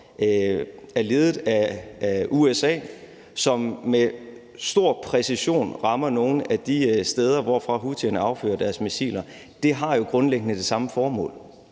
er ledet af USA, og som med stor præcision rammer nogle af de steder, hvorfra houthierne affyrer deres missiler. Det har jo grundlæggende det samme formål,